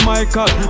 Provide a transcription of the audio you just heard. Michael